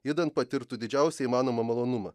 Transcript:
idant patirtų didžiausią įmanomą malonumą